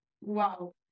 wow